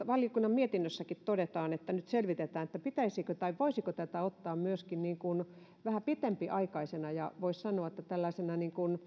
valiokunnan mietinnössäkin todetaan että nyt selvitetään pitäisikö tai voisiko tätä ottaa myöskin vähän pitempiaikaisena ja voisi sanoa tällaisena